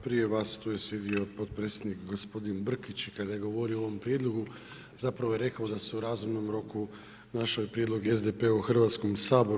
Prije vas tu je sjedio potpredsjednik gospodin Brkić i kada je govorio o ovom prijedlogu, zapravo je rekao da se u razumnom roku našao prijedlog SDP-a u Hrvatskom saboru.